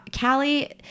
Callie